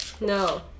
No